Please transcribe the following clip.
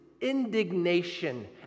indignation